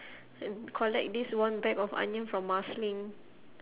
collect this one bag of onion from marsiling